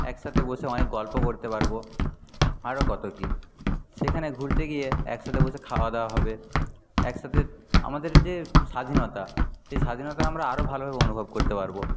একসাথে বসে অনেক গল্প করতে পারব আরও কত কি সেখানে ঘুরতে গিয়ে একসাথে বসে খাওয়াদাওয়া হবে একসাথে আমাদের যে স্বাধীনতা সেই স্বাধীনতা আমরা আরও ভালোভাবে অনুভব করতে পারব